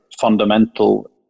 fundamental